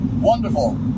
wonderful